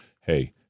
Hey